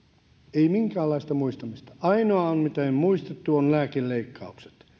ei minkäänlaista muistamista ainoa miten on muistettu on lääkeleikkaukset